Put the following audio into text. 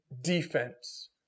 defense